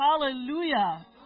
Hallelujah